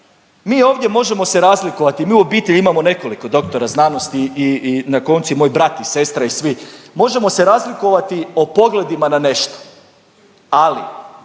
mi ovdje možemo se razlikovati, mi u obitelji imamo nekoliko doktora znanosti i, i na koncu i moj brat i sestra i svi, možemo se razlikovati o pogledima na nešto ali